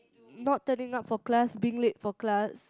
not turning up for class being late for class